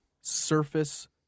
surface